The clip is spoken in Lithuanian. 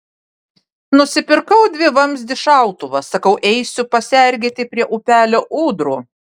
nusipirkau dvivamzdį šautuvą sakau eisiu pasergėti prie upelio ūdrų